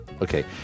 Okay